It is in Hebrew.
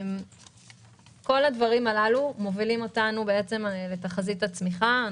כל הדברים הללו מובילים אותנו לתחזית הצמיחה.